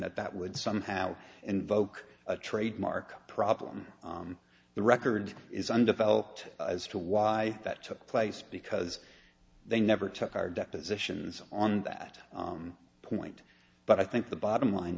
that that would somehow invoke a trademark problem the record is undeveloped as to why that took place because they never took our depositions on that point but i think the bottom line